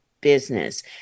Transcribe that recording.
business